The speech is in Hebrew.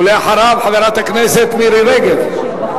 4950, 4956, 4959, 4961, 4969,